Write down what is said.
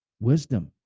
wisdom